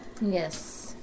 yes